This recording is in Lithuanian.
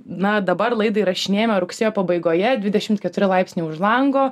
na dabar laidą įrašinėjame rugsėjo pabaigoje dvidešim keturi laipsniai už lango